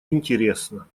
интересно